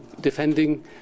defending